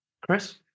Chris